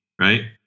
right